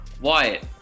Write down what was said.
Wyatt